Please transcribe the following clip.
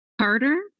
Carter